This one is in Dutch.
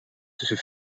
tussen